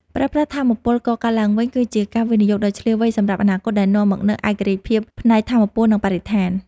ប្រើប្រាស់ថាមពលកកើតឡើងវិញគឺជាការវិនិយោគដ៏ឈ្លាសវៃសម្រាប់អនាគតដែលនាំមកនូវឯករាជ្យភាពផ្នែកថាមពល និង បរិស្ថាន។